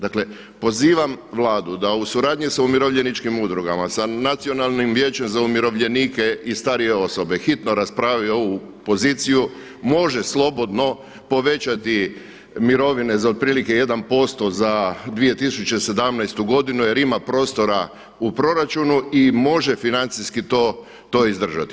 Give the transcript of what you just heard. Dakle, pozivam Vladu da u suradnji sa umirovljeničkim udrugama, sa nacionalnim vijećem za umirovljenike i starije osobe hitno raspravi ovu poziciju, može slobodno povećati mirovine za otprilike 1% za 2017. godinu jer ima prostora u proračunu i može financijski to izdržati.